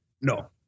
No